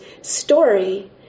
story